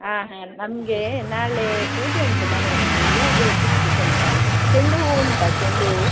ಆಂ ಹಾಂ ನಮಗೆ ನಾಳೆ ಪೂಜೆಯುಂಟು ಮನೆಯಲ್ಲಿ ಹೂವು ಬೇಕಿತ್ತು ಸ್ವಲ್ಪ ಚೆಂಡು ಹೂವು ಉಂಟಾ ಚೆಂಡು ಹೂವು